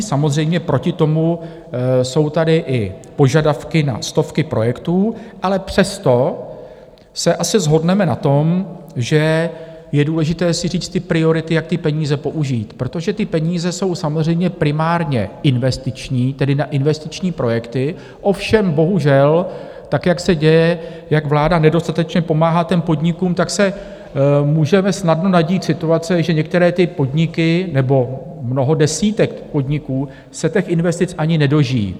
Samozřejmě, proti tomu jsou tady i požadavky na stovky projektů, ale přesto se asi shodneme na tom, že je důležité si říct priority, jak ty peníze použít, protože ty peníze jsou samozřejmě primárně investiční, tedy na investiční projekty, ovšem bohužel, jak vláda nedostatečně pomáhá podnikům, tak se můžeme snadno nadít situace, že některé podniky nebo mnoho desítek podniků se investic ani nedožijí.